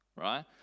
right